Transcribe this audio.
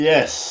Yes